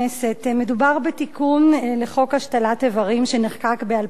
מדובר בתיקון לחוק השתלת אברים שנחקק ב-2008,